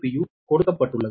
u கொடுக்கப்பட்டுள்ளது